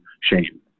shame